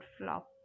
flop